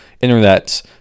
internet